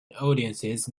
audiences